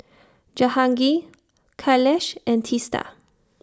Jehangirr Kailash and Teesta